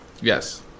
Yes